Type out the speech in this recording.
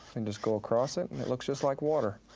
and just go across it and it looks just like water.